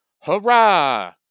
hurrah